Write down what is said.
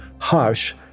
harsh